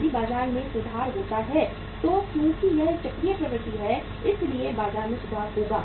यदि बाजार में सुधार होता है तो क्योंकि यह एक चक्रीय प्रवृत्ति है इसलिए बाजार में सुधार होगा